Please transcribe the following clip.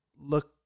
look